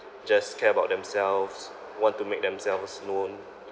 just care about themselves want to make themselves known